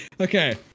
Okay